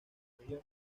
región